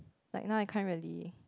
like now I can't really